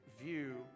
view